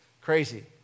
Crazy